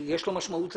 יש לו משמעות עצומה,